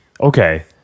okay